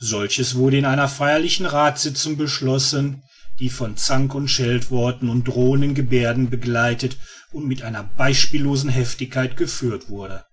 solches wurde in einer feierlichen rathssitzung beschlossen die von zank und scheltworten und drohenden geberden begleitet und mit einer beispiellosen heftigkeit geführt wurde